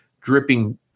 dripping